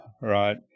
right